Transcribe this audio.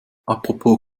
apropos